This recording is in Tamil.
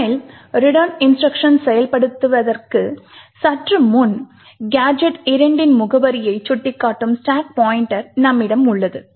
G 1 இல் return இன்ஸ்ட்ருக்ஷன் செயல்படுத்தப்படுவதற்கு சற்று முன்பு கேஜெட் 2 இன் முகவரியை சுட்டிக்காட்டும் ஸ்டாக் பாய்ண்ட்டர் நம்மிடம் உள்ளது